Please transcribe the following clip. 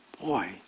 boy